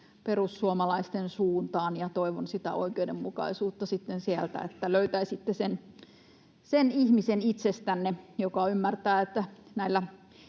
perussuomalaisten suuntaan ja toivon sitä oikeudenmukaisuutta sitten sieltä, että löytäisitte sen ihmisen itsestänne, joka ymmärtää, että nämä